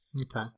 Okay